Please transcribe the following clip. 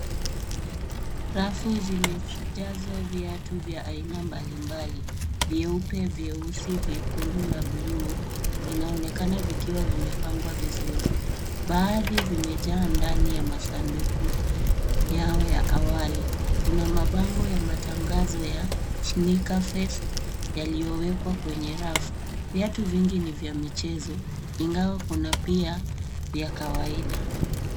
Rafu zimejazaa viatu vya aina mbali mbali vyeupe, vyeusi, vyekundu na buluu vinavyoonekana vikiwa vimepangwa vizuri. Baadhi vimejaa ndani ya masanduku yao ya awali. Kuna mabango ya matangazo ya sneaker fest yaliyowekwa kwenye viatu vya michezo ingawa na pia vya kawaida.